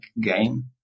game